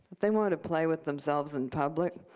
if they want to play with themselves in public,